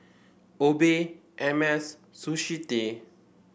Obey Hermes Sushi Tei